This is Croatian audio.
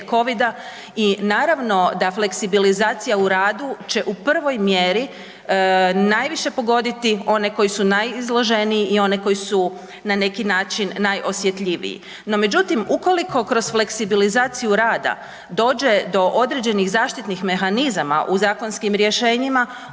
i naravno da fleksibilizacija u radu će u prvoj mjeri najviše pogoditi one koji su najizloženiji i one koji su na neki način najosjetljiviji. No međutim ukoliko kroz fleksibilizaciju rada dođe do određenih zaštitnih mehanizama u zakonskim rješenjima